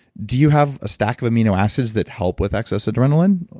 do you have a stack of amino acids that help with excess adrenaline?